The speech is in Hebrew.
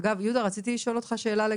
אגב, יהודה, רציתי לשאול אותך שאלה.